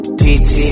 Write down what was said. tt